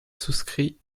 souscrit